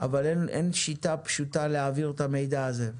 אבל אין שיטה פשוטה להעביר את המידע הזה.